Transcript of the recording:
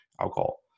alcohol